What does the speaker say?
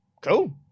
cool